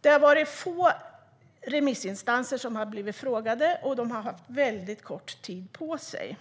Det är få remissinstanser som har tillfrågats, och de har haft väldigt kort tid på sig.